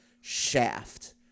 Shaft